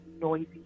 noisy